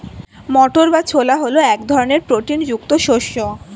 মটর বা ছোলা হল এক ধরনের প্রোটিন যুক্ত শস্য